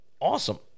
awesome